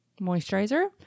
moisturizer